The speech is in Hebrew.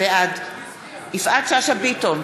בעד יפעת שאשא ביטון,